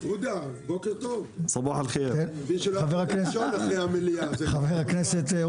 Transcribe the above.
עובדים בטור שמחכה לעולם של המחקרים;